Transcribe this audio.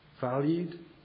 valued